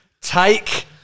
take